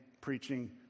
preaching